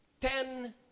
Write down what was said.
ten